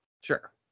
Sure